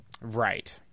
Right